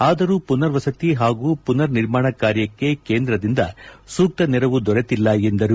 ಆದರೂ ಮನರ್ ವಸತಿ ಹಾಗೂ ಪುನರ್ ನಿರ್ಮಾಣ ಕಾರ್ಯಕ್ಕೆ ಕೇಂದ್ರದಿಂದ ಸೂಕ್ತ ನೆರವು ದೊರೆತಿಲ್ಲ ಎಂದರು